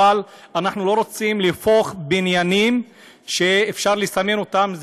אבל אנחנו לא רוצים להפוך בניינים שאפשר לסמן אותם,